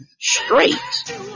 straight